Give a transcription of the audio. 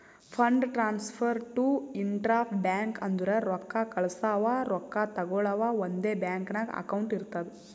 fund transfer to intra bank ಅಂದುರ್ ರೊಕ್ಕಾ ಕಳ್ಸವಾ ರೊಕ್ಕಾ ತಗೊಳವ್ ಒಂದೇ ಬ್ಯಾಂಕ್ ನಾಗ್ ಅಕೌಂಟ್ ಇರ್ತುದ್